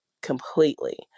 completely